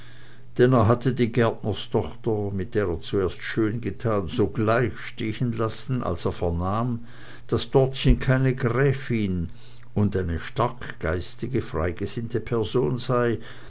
er hatte die gärtnerstochter mit der er zuerst schöngetan sogleich stehenlassen als er vernahm daß dortchen keine gräfin und eine starkgeistige freigesinnte person sei